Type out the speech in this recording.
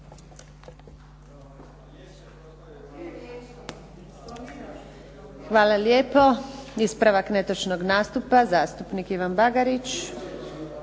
Hvala lijepo. Ispravak netočnog nastupa, zastupnik Ivan Bagarić.